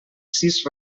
sis